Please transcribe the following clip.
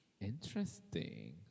Interesting